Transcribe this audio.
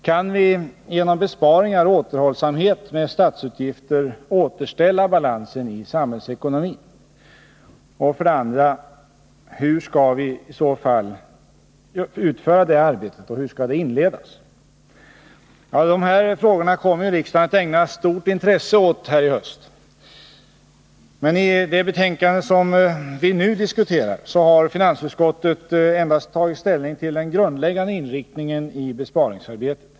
Kan vi genom besparingar och återhållsamhet med statsutgifterna återställa balansen i samhällsekonomin? Och hur skall i så fall det arbetet inledas? Den frågan kommer riksdagen att ägna stort intresse i höst. Men i det betänkande vi i dag diskuterar har finansutskottet endast tagit ställning till den grundläggande inriktningen i besparingsarbetet.